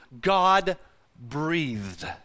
God-breathed